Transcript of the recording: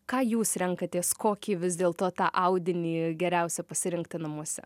ką jūs renkatės kokį vis dėlto tą audinį geriausią pasirinkti namuose